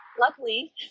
Luckily